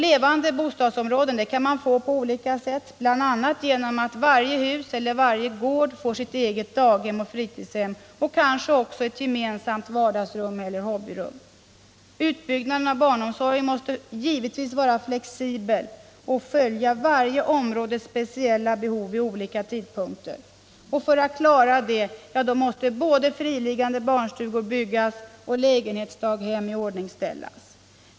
Levande bostadsområden kan man få på olika sätt, bl.a. genom att varje hus eller varje gård får sitt eget daghem och fritidshem, kanske också ett gemensamt vardagsrum eller hobbyrum. Utbyggnaden av barnomsorgen måste givetvis vara flexibel och följa varje områdes speciella behov vid olika tidpunkter. För att klara det måste både friliggande barnstugor byggas och lägenhetsdaghem iordningställas.